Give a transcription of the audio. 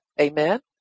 Amen